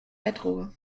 bettruhe